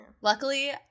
Luckily